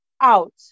out